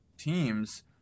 teams